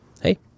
Hey